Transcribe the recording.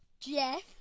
Jeff